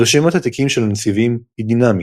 רשימת התיקים של הנציבים היא דינמית,